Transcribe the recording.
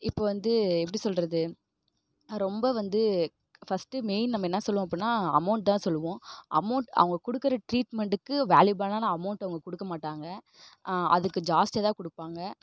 இப்போ வந்து எப்படி சொல்கிறது ரொம்ப வந்து ஃபஸ்ட்டு மெயின் நம்ம என்ன சொல்லுவோம் அப்பிடின்னா அமௌண்ட் தான் சொல்லுவோம் அமௌண்ட் அவங்க கொடுக்கற ட்ரீட்மெண்ட்டுக்கு வேல்யூபலான அமௌண்ட் அவங்க கொடுக்க மாட்டாங்க அதுக்கு ஜாஸ்தியாக தான் கொடுப்பாங்க